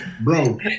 bro